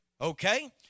Okay